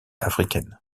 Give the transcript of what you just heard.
africaines